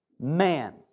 man